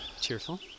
Cheerful